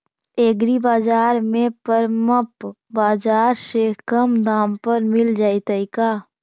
एग्रीबाजार में परमप बाजार से कम दाम पर मिल जैतै का?